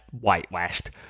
whitewashed